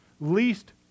least